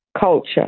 culture